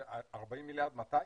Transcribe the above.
40 מיליארד מתי?